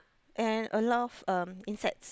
and a lot of um insects